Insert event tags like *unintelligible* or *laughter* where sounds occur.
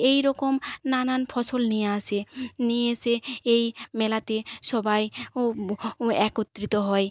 এই রকম নানান ফসল নিয়ে আসে নিয়ে এসে এই মেলাতে সবাই *unintelligible* ও একত্রিত হয়